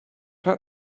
had